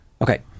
Okay